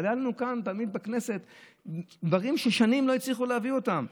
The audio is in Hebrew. אבל היו לנו כאן תמיד בכנסת דברים ששנים לא הצליחו להביא אותם.